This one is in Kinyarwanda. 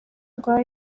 rwa